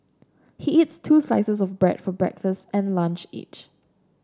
he eats two slices of bread for breakfast and lunch each